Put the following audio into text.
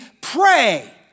pray